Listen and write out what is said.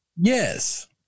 Yes